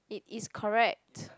it is correct